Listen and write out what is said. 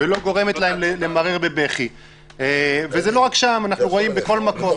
כי שם יודעים שברגע שיעשו משהו